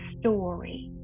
story